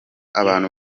abantu